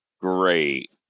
Great